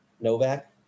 Novak